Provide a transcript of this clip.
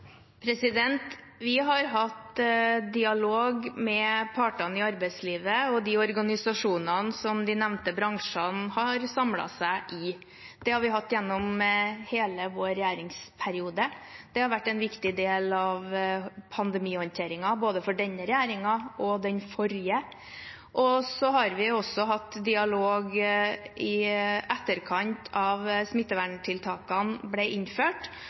Vi har hatt dialog med partene i arbeidslivet og de organisasjonene som de nevnte bransjene har samlet seg i. Det har vi hatt gjennom hele regjeringsperioden vår. Det har vært en viktig del av pandemihåndteringen for både denne regjeringen og den forrige. Vi har også hatt dialog i etterkant av at smitteverntiltakene ble innført,